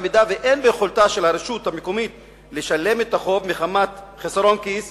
אם אין ביכולתה של הרשות המקומית לשלם את החוב מחמת חסרון כיס,